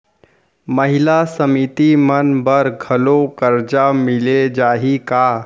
महिला समिति मन बर घलो करजा मिले जाही का?